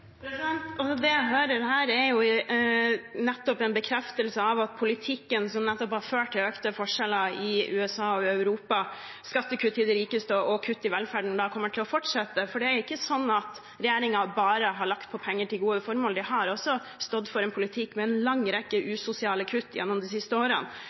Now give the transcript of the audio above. Det jeg hører her, er nettopp en bekreftelse på at den politikken som har ført til økte forskjeller i USA og Europa, med skattekutt til de rikeste og kutt i velferden, kommer til å fortsette. Det er ikke slik at regjeringen bare har lagt på penger til gode formål. De har også stått for en politikk med en lang rekke usosiale kutt i løpet av de siste årene.